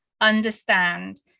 understand